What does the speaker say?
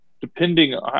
depending